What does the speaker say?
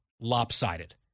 lopsided